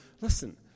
listen